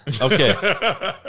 Okay